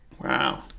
Wow